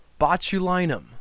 botulinum